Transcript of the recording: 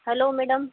hello madam